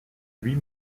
huit